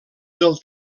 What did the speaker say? del